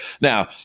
Now